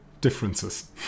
differences